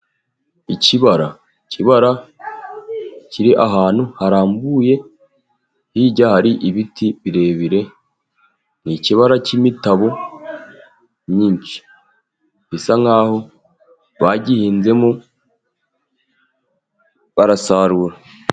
Ikibara, ikibara kiri ahantu harambuye, hirya hari ibiti birebire. Ni ikibara cy'imitabo myinshi, bisa nkaho bagihinzemo, barasarura.